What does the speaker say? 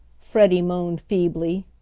freddie moaned feebly.